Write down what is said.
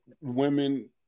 women